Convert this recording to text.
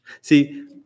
See